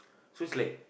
so it's like